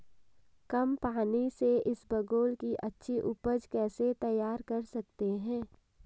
कम पानी से इसबगोल की अच्छी ऊपज कैसे तैयार कर सकते हैं?